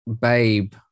Babe